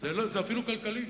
זה אפילו כלכלי.